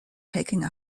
taking